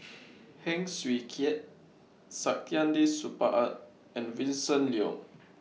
Heng Swee Keat Saktiandi Supaat and Vincent Leow